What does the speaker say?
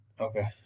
Okay